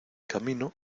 camino